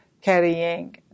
carrying